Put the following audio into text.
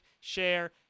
share